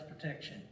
protection